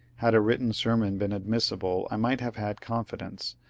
had a written sermon been admissible i might have had confidence,